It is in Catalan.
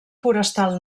forestal